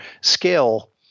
scale